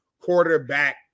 quarterback